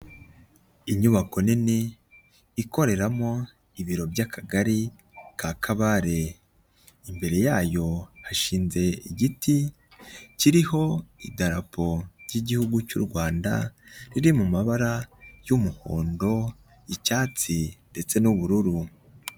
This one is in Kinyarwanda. Inyubako nini ikoreramo ibiro by'akagari ka Kabare imbere yayo hashinze igiti kiriho idarapo ry'igihugu cy'u Rwanda riri mu mabara y'umuhondo, icyatsi ndetse n'ubururu.